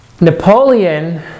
Napoleon